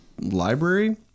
library